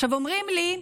עכשיו אומרים לי: